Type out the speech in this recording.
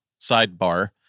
sidebar